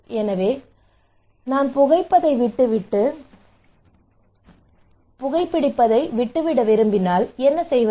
எனவே நான் புகைப்பதை விட்டுவிட விரும்பினால் என்ன செய்வது